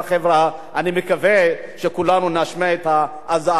אני מקווה שכולנו נשמיע את הזעקות האלה,